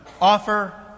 Offer